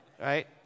Right